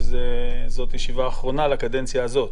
שזאת הישיבה האחרונה לקדנציה הנוכחית,